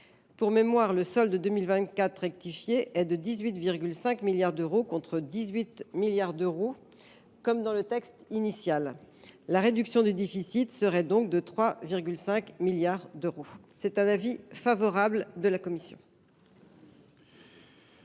Pour mémoire, le solde 2024 rectifié est de 18,5 milliards d’euros, contre 18 milliards d’euros dans le texte initial. La réduction du déficit serait donc de 3,5 milliards d’euros. La commission